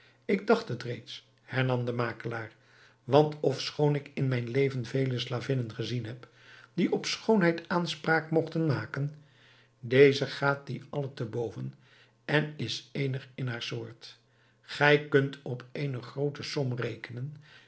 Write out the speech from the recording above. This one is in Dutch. ik dacht het reeds hernam de makelaar want ofschoon ik in mijn leven vele slavinnen gezien heb die op schoonheid aanspraak mogten maken deze gaat die alle te boven en is eenig in haar soort gij kunt op eene groote som rekenen